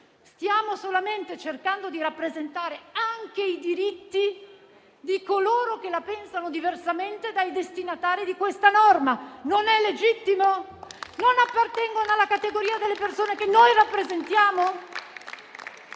Stiamo solamente cercando di rappresentare anche i diritti di coloro che la pensano diversamente dai destinatari di questa norma. Non è legittimo? Non appartengono alla categoria delle persone che noi rappresentiamo?